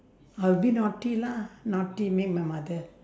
I'll be naughty lah naughty make my mother